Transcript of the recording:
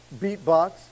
beatbox